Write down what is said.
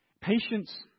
Patience